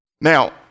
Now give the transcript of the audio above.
Now